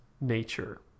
nature